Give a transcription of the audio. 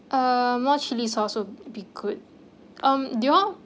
uh more chili sauce would be good um do y'all